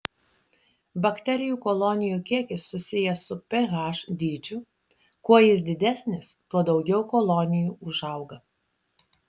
bakterijų kolonijų kiekis susijęs su ph dydžiu kuo jis didesnis tuo daugiau kolonijų užauga